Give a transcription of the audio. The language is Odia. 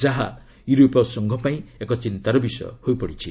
ଯାହା ୟୁରୋପୀୟ ସଂଘପାଇଁ ଏକ ଚିନ୍ତାର ବିଷୟ ହୋଇପଡିଛି